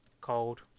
Cold